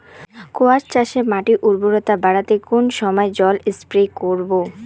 কোয়াস চাষে মাটির উর্বরতা বাড়াতে কোন সময় জল স্প্রে করব?